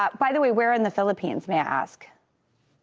ah by the way where in the philippines, may i ask?